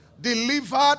delivered